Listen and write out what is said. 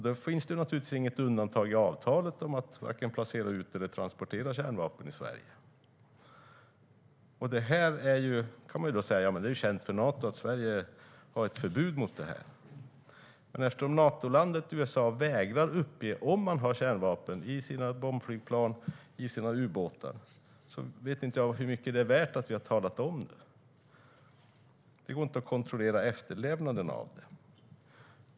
Då finns det naturligtvis inget undantag i avtalet heller om att vare sig placera ut eller transportera kärnvapen i Sverige. Man kan säga att det är känt för Nato att Sverige har ett förbud mot det här. Men eftersom Natolandet USA vägrar att uppge om de har kärnvapen i sina bombflygplan och sina ubåtar vet jag inte hur mycket det är värt att vi har talat om det. Det går inte att kontrollera efterlevnaden av det.